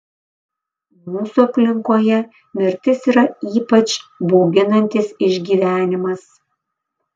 mūsų aplinkoje mirtis yra ypač bauginantis išgyvenimas